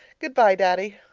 goodbye, daddy.